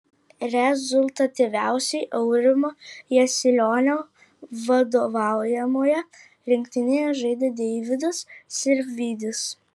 rezultatyviausiai aurimo jasilionio vadovaujamoje rinktinėje žaidė deividas sirvydis